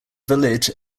village